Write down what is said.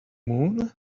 moon